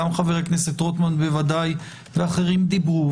בוודאי גם חבר הכנסת רוטמן ואחרים דיברו,